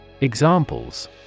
Examples